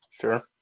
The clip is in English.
Sure